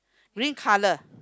green color